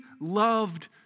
loved